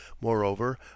Moreover